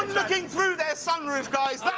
looking through their sun roof, guys.